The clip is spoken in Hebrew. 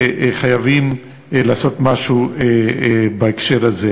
וחייבים לעשות משהו בהקשר הזה.